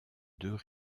deux